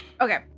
Okay